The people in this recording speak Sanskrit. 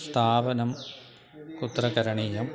स्थापनं कुत्र करणीयम्